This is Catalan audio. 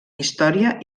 història